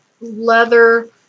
leather